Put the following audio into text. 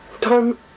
Time